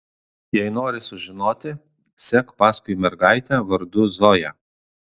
jei nori sužinoti sek paskui mergaitę vardu zoja